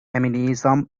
feminism